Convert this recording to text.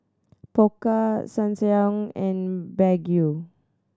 Pokka Ssangyong and Baggu